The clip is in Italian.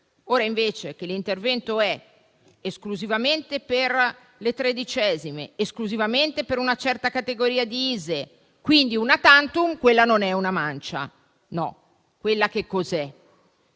ora che l'intervento è esclusivamente per le tredicesime mensilità ed esclusivamente per una certa categoria di ISEE, quindi *una tantum*, non è una mancia. No, quella che cos'è?